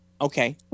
Okay